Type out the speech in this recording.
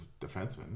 defenseman